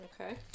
Okay